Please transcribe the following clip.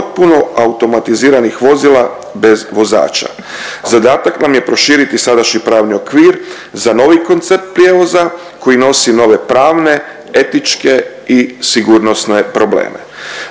potpuno automatiziranih vozila bez vozača. Zadatak nam je proširiti sadašnji pravni okvir za novi koncept prijevoza koji nosi nove pravne, etičke i sigurnosne probleme.